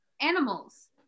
animals